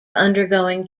undergoing